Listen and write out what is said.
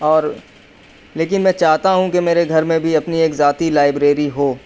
اور لیکن میں چاہتا ہوں کہ میرے گھر میں بھی اپنی ایک ذاتی لائبریری ہو